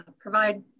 provide